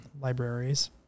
libraries